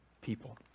people